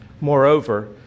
Moreover